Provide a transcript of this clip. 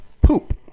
poop